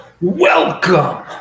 Welcome